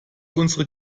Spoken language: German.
unsere